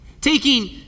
taking